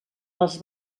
les